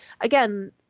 again